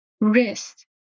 Wrist